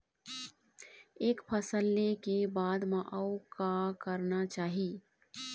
एक फसल ले के बाद म अउ का करना चाही?